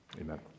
amen